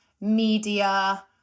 media